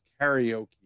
karaoke